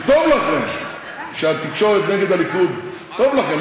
וטוב לכם שהתקשורת נגד הליכוד, טוב לכם.